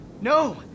No